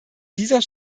dieser